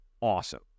awesome